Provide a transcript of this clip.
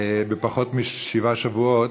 בפחות משבעה שבועות,